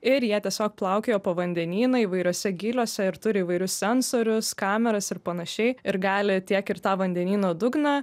ir jie tiesiog plaukioja po vandenyną įvairiuose gyliuose ir turi įvairius sensorius kameras ir panašiai ir gali tiek ir tą vandenyno dugną